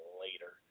later